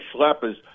schleppers